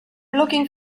looking